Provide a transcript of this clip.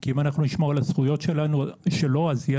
כי אנחנו נשמור על הזכויות שלו יהיה